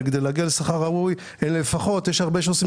וכדי להגיע לשכר ראוי לפחות יש אנשים שעושים